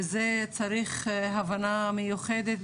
וזה צריך הבנה מיוחדת,